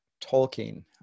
Tolkien